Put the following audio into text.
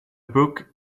book